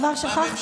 כבר שכחת?